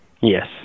Yes